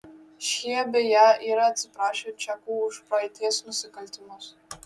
šie beje yra atsiprašę čekų už praeities nusikaltimus